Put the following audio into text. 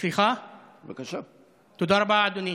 תודה רבה, אדוני.